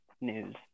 News